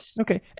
Okay